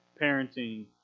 parenting